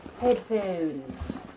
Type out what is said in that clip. headphones